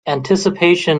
anticipation